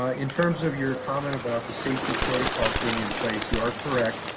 ah in terms of your comment about the safety protocols being in place, you are correct.